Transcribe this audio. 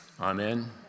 Amen